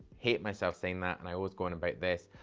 hate myself saying that and i always go on about this.